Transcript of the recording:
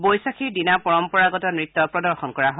বৈশাখীৰ দিনা পৰম্পৰাগত নৃত্য প্ৰদৰ্শন কৰা হয়